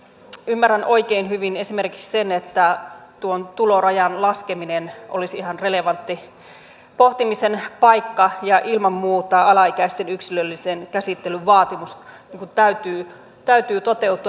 ymmärrän oikein hyvin esimerkiksi sen että tuon tulorajan laskeminen olisi ihan relevantti pohtimisen paikka ja ilman muuta alaikäisten yksilöllisen käsittelyn vaatimuksen täytyy toteutua